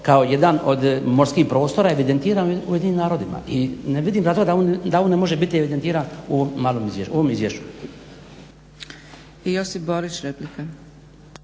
kao jedan od morskih prostora evidentiran u Ujedinjenim narodima. I ne vidim razloga da on ne može biti evidentiran u malom izvješću, ovom izvješću.